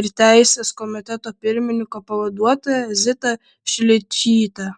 ir teisės komiteto pirmininko pavaduotoja zitą šličytę